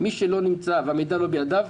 מי שהמידע לא בידיו,